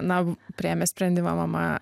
na priėmė sprendimą mama